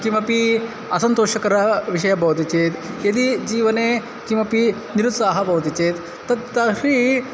किमपि असन्तोषकरविषयः भवति चेत् यदि जीवने किमपि निरुत्साहः भवति चेत् तत् तामपि